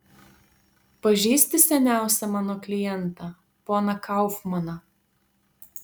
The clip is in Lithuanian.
pažįsti seniausią mano klientą poną kaufmaną